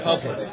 Okay